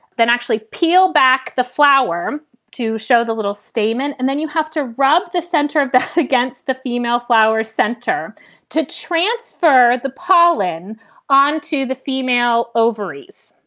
then actually peel back the flower to show the little statement and then you have to rub the center of the against the female flower center to transfer the pollen on to the female ovaries.